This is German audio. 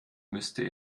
müsste